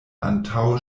antaŭ